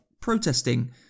protesting